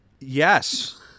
Yes